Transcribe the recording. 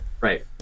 right